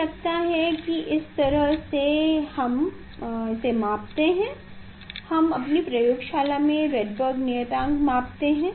मुझे लगता है कि इस तरह से हम मापते हैं हम अपनी प्रयोगशाला में रेडबर्ग नियतांक मापते हैं